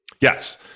Yes